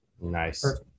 Nice